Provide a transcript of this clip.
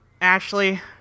Ashley